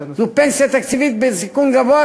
זו פנסיה תקציבית בסיכון גבוה,